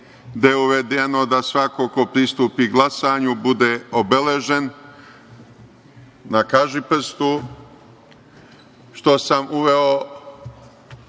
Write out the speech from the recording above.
gde je uvedeno da svako ko pristupi glasanju bude obeležen na kažiprstu, što sam uveo